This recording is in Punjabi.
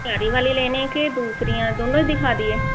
ਭਾਰੀ ਵਾਲੇ ਲੈਣੇ ਕਿ ਦੂਸਰੀਆ ਦੋਨੋਂ ਹੀ ਦਿਖਾ ਦੀਏ